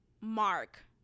mark